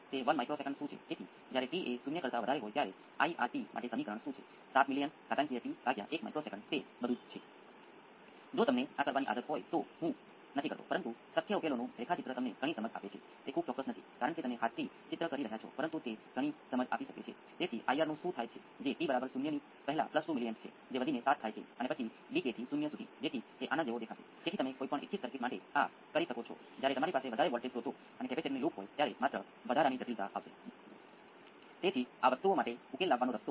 હવે મેં આ પરીક્ષણ સર્કિટને જ RC સર્કિટ તરીકે લીધી પરંતુ તે જરૂરી નથી આનો અર્થ એ કોઈપણ હોઇ શકે કે મારો મતલબ કે એમ્પ્લીફાયર સામાન્ય રીતે આ રીતે ચકાસાય છે તે સાઇનુસોઇડ્સ ઇનપુટ્સ સાથે એમ્પ્લીફાયરને માપે છે અને આપણે કહીએ કે તે માત્ર એમ્પ્લીફાયર છે તેની કેટલીક રેન્જ છે 20 કિલો વોલ્ટ સ્લાઇડનું તમારી પાસે સાઇનુંસોઇડ્ છે તે વિવિધ ફ્રિક્વન્સીના રિસ્પોન્સને માપે છે અને જુઓ કેવી રીતે